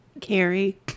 Carrie